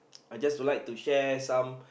I just don't like to share some